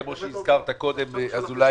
כפי שהזכיר קודם חבר הכנסת אזולאי,